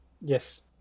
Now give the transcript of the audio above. Yes